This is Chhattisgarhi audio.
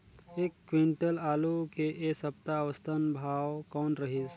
एक क्विंटल आलू के ऐ सप्ता औसतन भाव कौन रहिस?